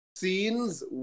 scenes